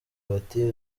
bati